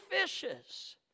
fishes